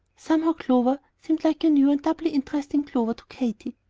somehow clover seemed like a new and doubly-interesting clover to katy.